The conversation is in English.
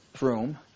room